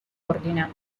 ordine